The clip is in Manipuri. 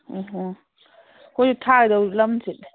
ꯑꯣ ꯍꯣ ꯑꯩꯈꯣꯏꯁꯨ ꯊꯥꯗꯧ ꯂꯝꯁꯦ